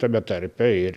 tame tarpe ir